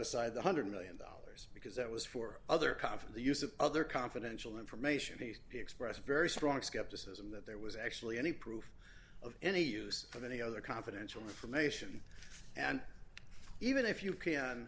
aside one hundred million dollars because that was for other confident use of other confidential information to be expressed very strong skepticism that there was actually any proof of any use of any other confidential information and even if you can